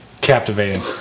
Captivating